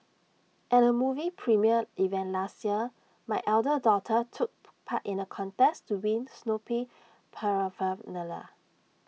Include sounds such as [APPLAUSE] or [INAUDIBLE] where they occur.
at A movie premiere event last year my elder daughter took [HESITATION] part in A contest to win Snoopy Paraphernalia